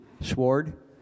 Sword